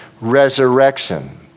resurrection